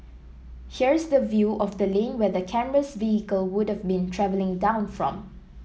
here's the view of the lane where the camera's vehicle would've been travelling down from